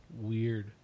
Weird